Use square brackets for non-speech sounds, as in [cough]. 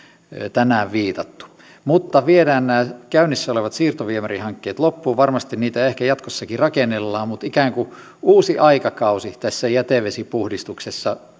tänään viitattu mutta viedään nämä käynnissä olevat siirtoviemärihankkeet loppuun varmasti niitä ehkä jatkossakin rakennellaan mutta ikään kuin uusi aikakausi tässä jätevesipuhdistuksessa [unintelligible]